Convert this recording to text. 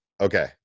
Okay